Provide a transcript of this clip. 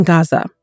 Gaza